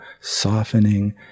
softening